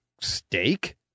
steak